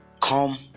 come